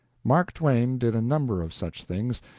mark twain did a number of such things,